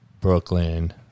Brooklyn